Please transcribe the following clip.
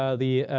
ah the